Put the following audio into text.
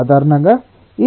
సాధారణంగా ఈ ఇండెక్స్ 0